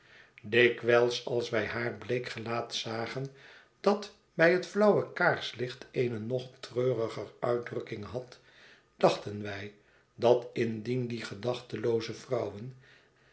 dikwijls als wij haar bleek gelaat zagen dat bij het flauwe kaarsiicht eene nog treuriger uitdrukking had dachten wij dat indien die gedachtelooze vrouwen